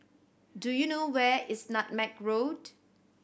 do you know where is Nutmeg Road